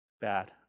bad